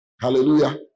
Hallelujah